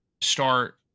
start